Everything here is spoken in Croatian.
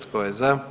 Tko je za?